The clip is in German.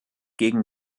gegen